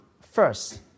First